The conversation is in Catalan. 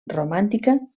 romàntica